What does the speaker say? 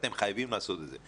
אתם חייבים לעשות את זה.